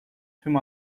tüm